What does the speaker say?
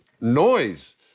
noise